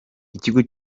ikigo